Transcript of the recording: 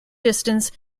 distance